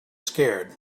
scared